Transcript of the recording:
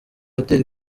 hotel